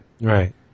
Right